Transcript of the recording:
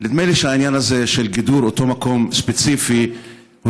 נדמה לי שהעניין הזה של גידור אותו מקום ספציפי הוא